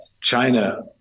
China